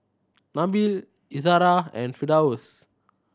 Nabil Izara and Firdaus